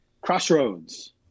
Crossroads